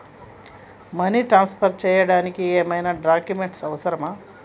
Money transfer చేయడానికి ఏమైనా documents అవసరమా?